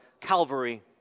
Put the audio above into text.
Calvary